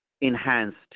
enhanced